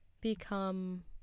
become